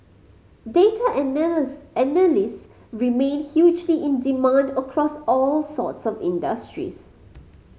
data analyst remain hugely in demand across all sorts of industries